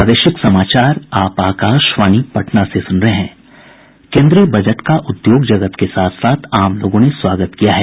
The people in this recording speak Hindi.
केन्द्रीय बजट का उद्योग जगत के साथ साथ आम लोगों ने स्वागत किया है